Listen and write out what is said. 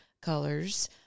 colors